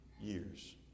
years